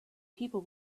people